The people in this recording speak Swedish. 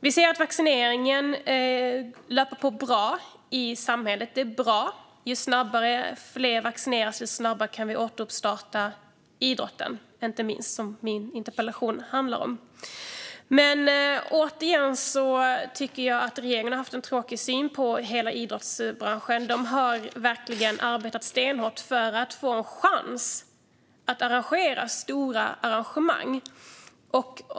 Vi ser att vaccineringen löper på bra i samhället - det är bra. Ju fler som vaccinerar sig och ju snabbare det går, desto snabbare kan vi återstarta inte minst idrotten, som min interpellation handlar om. Men återigen - jag tycker att regeringen har haft en tråkig syn på hela idrottsbranschen. De har verkligen arbetat stenhårt för att få en chans att arrangera stora evenemang.